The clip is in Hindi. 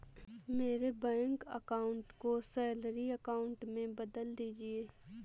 मेरे बैंक अकाउंट को सैलरी अकाउंट में बदल दीजिए